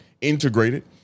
integrated